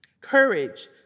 Courage